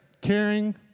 caring